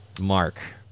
Mark